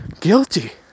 guilty